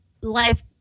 life